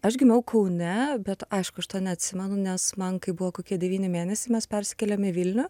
aš gimiau kaune bet aišku aš to neatsimenu nes man kai buvo kokie devyni mėnesiai mes persikėlėme į vilnių